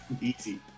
Easy